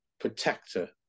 Protector